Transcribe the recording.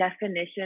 definition